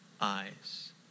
eyes